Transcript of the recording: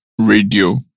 radio